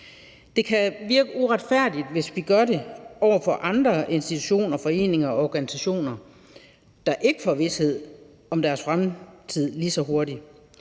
Det kan virke uretfærdigt, hvis vi gør det, over for andre institutioner, foreninger og organisationer, der ikke får vished om deres fremtid lige så hurtigt.